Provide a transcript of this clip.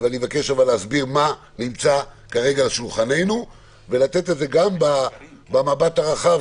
אני מבקש להסביר מה נמצא כרגע על שולחננו ולתת את זה גם במבט רחב